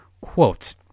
Quote